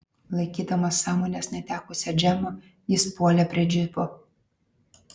laikydamas sąmonės netekusią džemą jis puolė prie džipo